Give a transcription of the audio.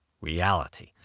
reality